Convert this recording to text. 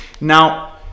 Now